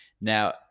Now